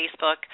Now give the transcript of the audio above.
facebook